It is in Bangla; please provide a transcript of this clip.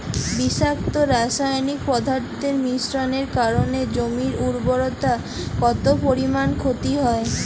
বিষাক্ত রাসায়নিক পদার্থের মিশ্রণের কারণে জমির উর্বরতা কত পরিমাণ ক্ষতি হয়?